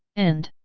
and?